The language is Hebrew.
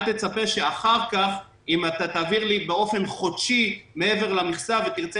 אל תצפה שאחר כך אם תעביר לי באופן חודשי מעבר למכסה ותרצה